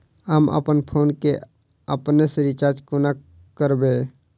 हम अप्पन फोन केँ अपने सँ रिचार्ज कोना करबै?